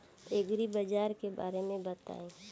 एग्रीबाजार के बारे में बताई?